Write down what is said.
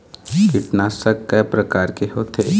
कीटनाशक कय प्रकार के होथे?